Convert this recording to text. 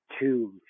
two